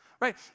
right